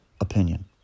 opinion